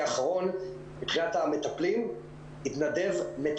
של פסח שהגיעה לפתחנו היתה הדרגתית ברצון הרשויות להיערך להקמת